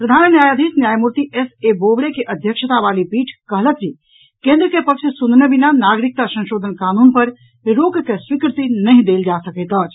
प्रधान न्यायाधीश न्यायमूर्ति एस ए बोबड़े के अध्यक्षता वाली पीठ कहलक जे केन्द्र के पक्ष सुनने बिना नागरिकता संशोधन कानून पर रोक के स्वीकृति नहि देल जा सकैत अछि